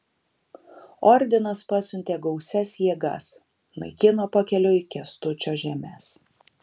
ordinas pasiuntė gausias jėgas naikino pakeliui kęstučio žemes